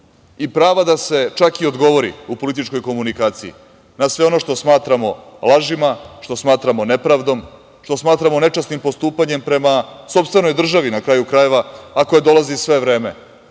i prava da se čak i odgovori u političkoj komunikaciji na sve ono što smatramo lažima, što smatramo nepravdom, što smatramo nečasnim postupanjem prema sopstvenoj državi, na kraju krajeva, a koje dolazi sve vreme